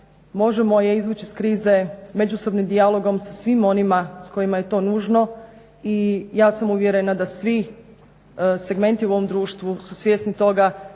Možemo je izvući iz krize međusobnim dijalogom sa svim onima sa kojima je to nužno i ja sam uvjerena da svi segmenti u ovom društvu su svjesni toga